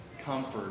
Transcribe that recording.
comfort